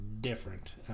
different